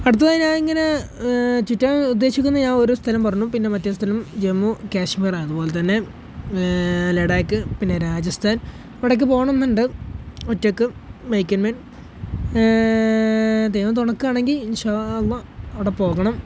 അടുത്തതായി ഞാൻ ഇങ്ങനെ ചുറ്റാൻ ഉദ്ദേശിക്കുന്ന ഞാൻ ഓരോ സ്ഥലം പറഞ്ഞു പിന്നെ മറ്റേ സ്ഥലം ജമ്മുകാശ്മീർ അതുപോലെത്തന്നെ ലഡാക്ക് പിന്നെ രാജസ്ഥാൻ അവിടേക്ക് പോകണം എന്നുണ്ട് ഒറ്റയ്ക്ക് മെയ്ക്ക് എ മേൻ ദൈവം തുണയ്ക്കുകയാണെങ്കിൽ ഇൻഷാ അള്ളാ അവിടെ പോകണം